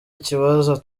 ikibazo